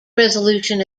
resolution